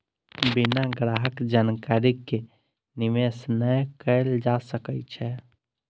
बिना ग्राहक जानकारी के निवेश नै कयल जा सकै छै